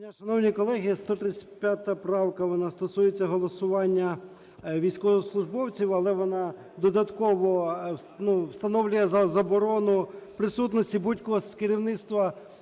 шановні колеги! 135 правка, вона стосується голосування військовослужбовців. Але вона додатково встановлює заборону присутності будь-кого з керівництва